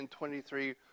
23